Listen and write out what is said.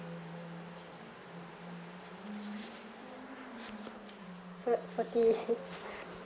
f~ forty